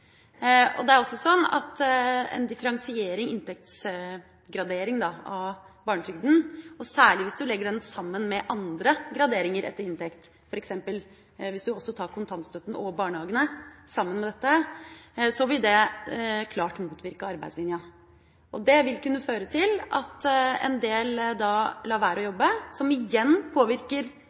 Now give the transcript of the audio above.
barnetrygden. Det er også sånn at en differensiering, inntektsgradering, av barnetrygden, særlig hvis du legger den sammen med andre graderinger etter inntekt – f.eks. hvis du også tar kontantstøtten og barnehagene sammen med dette – vil klart motvirke arbeidslinja. Det vil kunne føre til at en del da lar være å jobbe, som igjen påvirker